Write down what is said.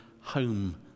home